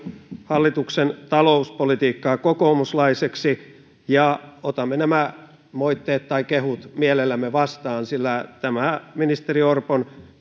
hallituksen talouspolitiikkaa kokoomuslaiseksi ja otamme nämä moitteet tai kehut mielellämme vastaan sillä tämä ministeri orpon